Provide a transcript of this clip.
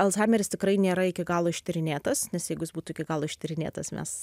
alzhaimeris tikrai nėra iki galo ištyrinėtas nes jeigu jis būtų iki galo ištyrinėtas mes